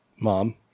mom